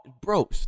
bro